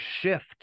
shift